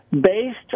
based